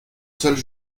seul